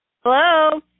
Hello